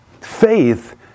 Faith